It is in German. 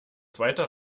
zweiter